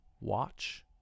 watch